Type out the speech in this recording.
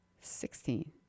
Sixteen